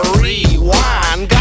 rewind